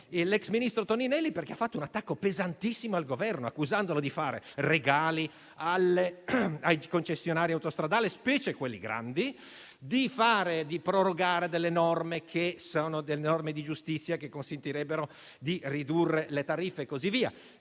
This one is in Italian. l'ex ministro Toninelli, perché ha fatto un attacco pesantissimo al Governo, accusandolo di fare regali alle concessionarie autostradali, specie a quelle grandi, di prorogare delle norme di giustizia che consentirebbero di ridurre le tariffe e così via.